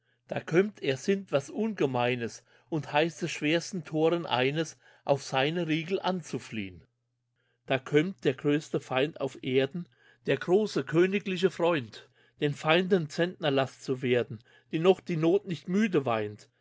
da kommt er sinnt was ungemeines und heißt des schwersten thoren eines auf seine riegel anzufliehn da kommt der größte freund auf erden der große königliche freund den feinden zentnerlast zu werden die noch die noth nicht müde weint